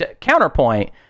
counterpoint